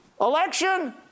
Election